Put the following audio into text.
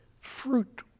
fruit